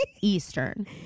eastern